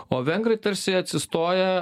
o vengrai tarsi atsistoja